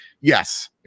Yes